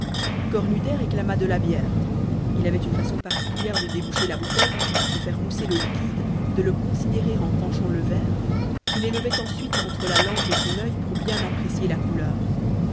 cornudet réclama de la bière il avait une façon particulière de déboucher la bouteille de faire mousser le liquide de le considérer en penchant le verre qu'il élevait ensuite entre la lampe et son oeil pour bien apprécier la couleur